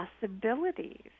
possibilities